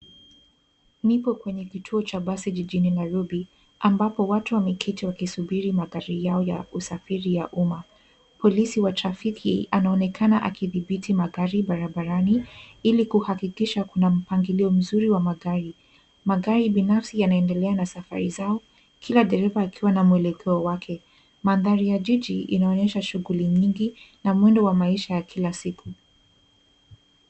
Niko kwenye kituo ya basi jiji Nairobi ambapo watu wameketi wakisubiri magari yao ya usafiri ya umma. Polisi wa trafiki anaonekana akidhibiti magari barabarani ili kuhakikisha kuna mpangilio mzuri wa magari. Magari binafsi yanaendelea na safari zao kila dereva akiwa na mwelekeo wake. Mandhari ya jiji inaonyesha shughuli nyingi na mwendo wa maisha ya kila siku.